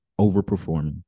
overperforming